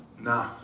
nah